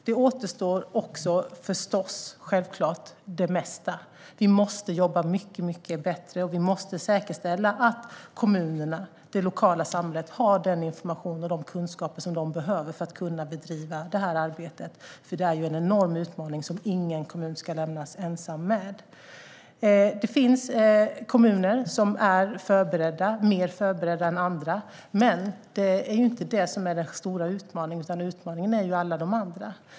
Självklart återstår det mesta. Vi måste jobba mycket bättre, och vi måste säkerställa att kommunerna och det lokala samhället har den information och de kunskaper som de behöver för att kunna bedriva detta arbete. Det är nämligen en enorm utmaning som ingen kommun ska lämnas ensam med. Det finns kommuner som är mer förberedda än andra. Men det är inte det som är den stora utmaningen, utan utmaningen är alla de andra.